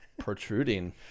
protruding